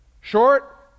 Short